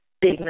big